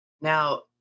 now